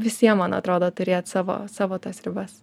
visiem man atrodo turėt savo savo tas ribas